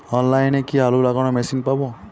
অনলাইনে কি আলু লাগানো মেশিন পাব?